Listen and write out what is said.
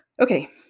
Okay